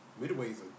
Midway's